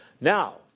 Now